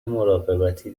مراقبتی